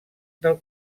del